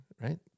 right